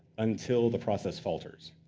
until the process falters.